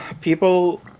people